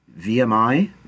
VMI